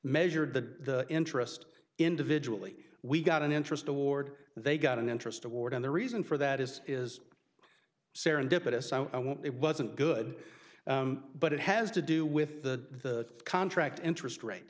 measured the interest individually we got an interest award they got an interest a ward and the reason for that is is serendipitous i won't it wasn't good but it has to do with the contract interest rate